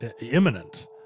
imminent